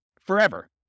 forever